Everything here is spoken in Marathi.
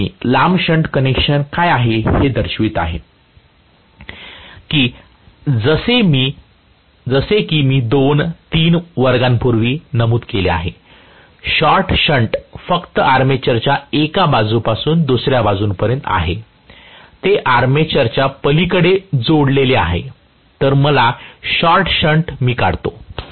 हेच मी लांब शंट कनेक्शन काय आहे दर्शविले आहे की जसे की मी दोन तीन वर्गांपूर्वी नमूद केले आहे शॉर्ट शंट फक्त आर्मेचरच्या एका बाजूपासून दुसर्या बाजूपर्यंत आहे ते फक्त आर्मॅचरच्या पलिकडेच जोडलेले असेल तर मला शॉर्ट शंट ही काढतो